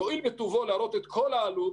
יואיל בטובו להראות את כל העלות,